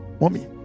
mommy